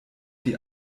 die